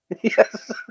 Yes